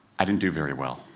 i didn't do very well.